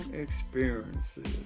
experiences